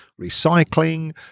recycling